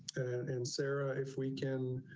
and sarah, if we can